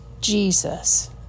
Jesus